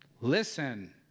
Listen